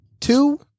Two